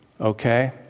okay